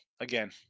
Again